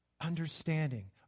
understanding